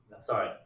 Sorry